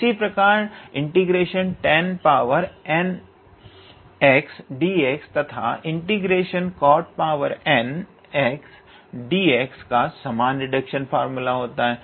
इसी प्रकार ∫𝑡𝑎𝑛𝑛𝑥𝑑𝑥 तथा ∫𝑐𝑜𝑡𝑛𝑥𝑑𝑥 का सामान रिडक्शन फार्मूला होता है